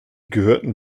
gehörten